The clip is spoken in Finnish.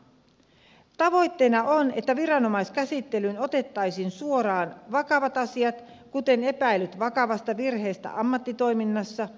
tavoitteena on että viranomaiskäsittelyyn otettaisiin suoraan vakavat asiat kuten epäilyt vakavasta virheestä ammattitoiminnassa